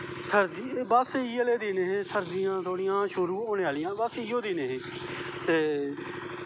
बस इयै जेह् दिन हे सर्दियां बस शुरु होनें आह्लियां हां बस इयो दिन हे ते